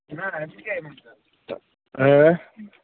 اۭں